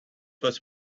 was